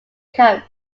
coast